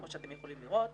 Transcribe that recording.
כמו שאתם יכולים לראות,